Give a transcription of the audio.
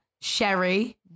Sherry